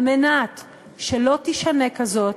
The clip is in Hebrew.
על מנת שלא תישנה כזאת.